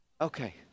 Okay